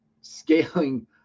scaling